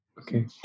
Okay